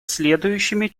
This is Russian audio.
следующими